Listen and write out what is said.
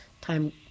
time